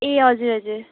ए हजुर हजुर